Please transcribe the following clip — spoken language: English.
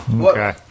Okay